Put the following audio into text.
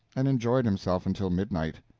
and enjoyed himself until midnight.